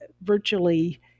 virtually